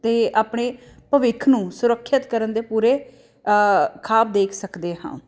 ਅਤੇ ਆਪਣੇ ਭਵਿੱਖ ਨੂੰ ਸੁਰੱਖਿਅਤ ਕਰਨ ਦੇ ਪੂਰੇ ਖਾਬ ਦੇਖ ਸਕਦੇ ਹਾਂ